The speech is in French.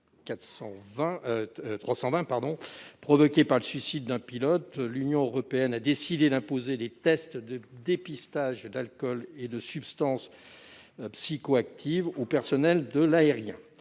provoqué par le suicide d'un pilote, l'Union européenne a décidé d'imposer des tests de dépistage d'alcool et de substances psychoactives au personnel du transport